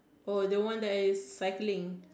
oh the one that is cycling